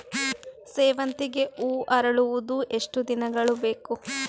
ಸೇವಂತಿಗೆ ಹೂವು ಅರಳುವುದು ಎಷ್ಟು ದಿನಗಳು ಬೇಕು?